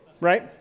right